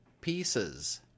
Pieces